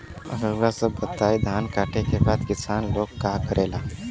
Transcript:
रउआ सभ बताई धान कांटेके बाद किसान लोग का करेला?